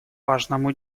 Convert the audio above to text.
важному